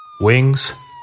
Wings